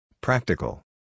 Practical